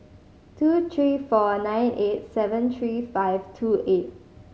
two three four nine eight seven three five two eight